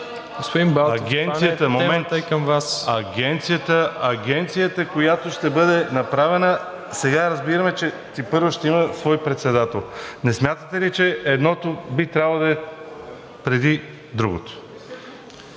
АСЕН БАЛТОВ: Агенцията, която ще бъде направена, сега разбираме, че тепърва ще има свой председател. Не смятате ли, че едното би трябвало да е преди другото?